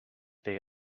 day